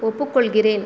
ஒப்புக்கொள்கிறேன்